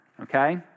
Okay